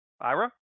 Ira